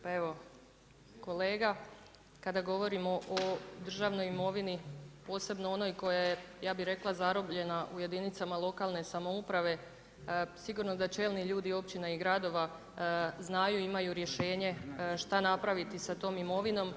Pa evo kolega kada govorimo o državnoj imovini, posebno onoj koja je ja bi rekla zarobljena u jedinicama lokalne samouprave sigurno da čelni ljudi općina i gradova znaju i imaju rješenje šta napraviti sa tom imovinom.